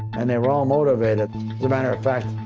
and they were all motivated. as a matter of fact,